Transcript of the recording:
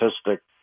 statistic